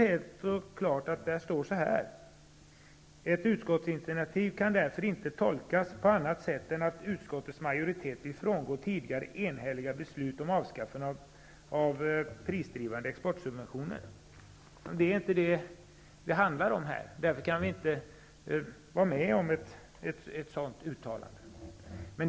Det står i reservationen att ett utskottsinitiativ inte kan tolkas på annat sätt än att utskottets majoritet vill frångå tidigare enhälliga beslut om avskaffande av de prisdrivande exportsubventionerna. Det är inte detta det handlar om här. Vi kan därför inte gå med på ett sådant uttalande.